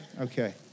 Okay